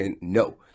No